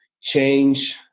change